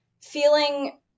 feeling